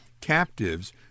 captives